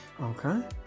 okay